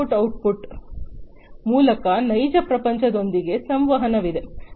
ಈ input output ಮೂಲಕ ನೈಜ ಪ್ರಪಂಚದೊಂದಿಗೆ ಸಂವಹನವಿದೆ